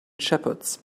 shepherds